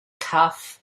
cuff